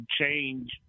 change